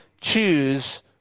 choose